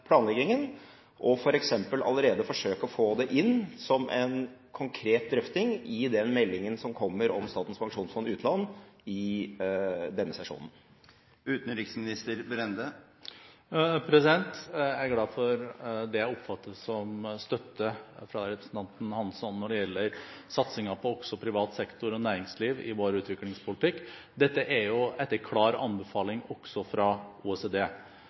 planleggingen og f.eks. allerede forsøke å få det inn som en konkret drøfting i den meldingen som kommer om Statens pensjonsfond utland i denne sesjonen? Jeg er glad for det jeg oppfatter som støtte fra representanten Hansson når det gjelder satsingen også på privat sektor og næringsliv i vår utviklingspolitikk. Dette er jo etter klar anbefaling også fra OECD.